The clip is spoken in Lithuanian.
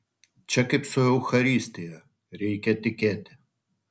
čia kaip su eucharistija reikia tikėti